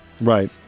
Right